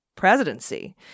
presidency